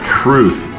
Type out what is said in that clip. truth